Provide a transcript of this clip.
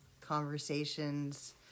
conversations